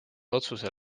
otsuse